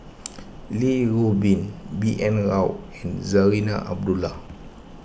Li Rulin B N Rao and Zarinah Abdullah